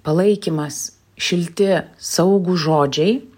palaikymas šilti saugūs žodžiai